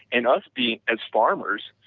and us being as farmers,